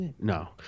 No